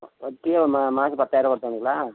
ஆ வட்டியே ஒரு மா மாதம் பத்தாயிரம் வருதுங்களா